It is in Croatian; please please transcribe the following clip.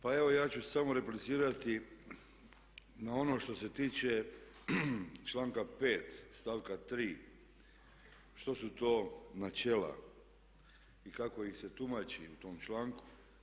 Pa evo ja ću samo replicirati na ono što se tiče članka 5. stavka 3. što su to načela i kako ih se tumači u tom članku.